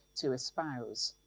to espouse.